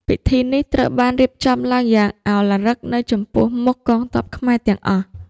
ពិធីនេះត្រូវបានរៀបចំឡើងយ៉ាងឧឡារិកនៅចំពោះមុខកងទ័ពខ្មែរទាំងអស់។